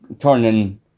turning